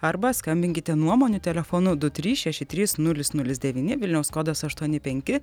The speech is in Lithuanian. arba skambinkite nuomonių telefonu du trys šeši trys nulis nulis devyni vilniaus kodas aštuoni penki